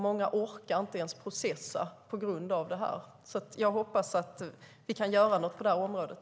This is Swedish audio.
Många orkar inte processa på grund av detta. Jag hoppas att vi kan göra något på det här området.